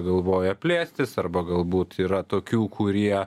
galvoja plėstis arba galbūt yra tokių kurie